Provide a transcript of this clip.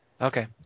Okay